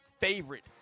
favorite